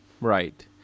Right